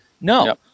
No